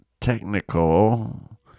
technical